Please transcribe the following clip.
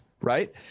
right